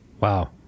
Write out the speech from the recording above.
Wow